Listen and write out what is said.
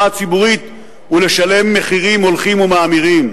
הציבורית ולשלם מחירים הולכים ומאמירים.